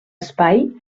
espai